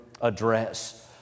Address